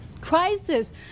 crisis